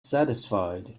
satisfied